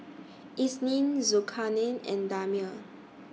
Isnin Zulkarnain and Damia